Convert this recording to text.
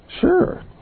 Sure